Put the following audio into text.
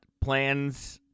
plans